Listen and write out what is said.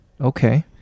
okay